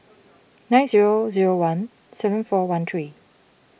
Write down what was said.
nine zero zero one seven four one three